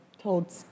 told